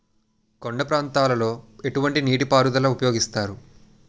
కొండ ప్రాంతాల్లో ఎటువంటి నీటి పారుదల ఉపయోగిస్తారు?